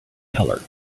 color